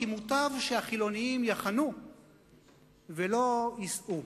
כי מוטב שהחילונים יחנו ולא ייסעו.